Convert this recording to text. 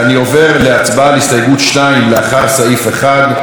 אני עובר להצבעה על הסתייגות 2, אחרי סעיף 1,